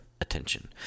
attention